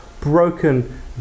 broken